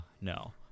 No